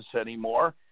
anymore